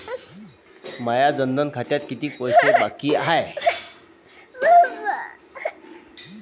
माया जनधन खात्यात कितीक पैसे बाकी हाय?